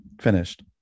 Finished